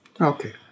Okay